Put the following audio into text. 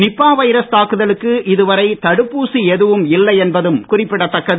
நிப்பா virus தாக்குதலுக்கு இதுவரை தடுப்பூசி எதுவும் இல்லை என்பதும் குறிப்பிடதக்கது